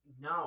No